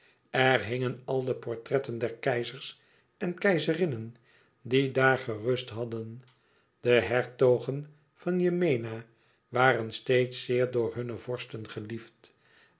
er hingen al de portretten der keizers en keizerinnen die daar gerust hadden de hertogen van yemena waren steeds zeer door hunne vorsten geliefd